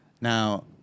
Now